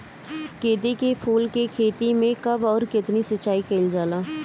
गेदे के फूल के खेती मे कब अउर कितनी सिचाई कइल जाला?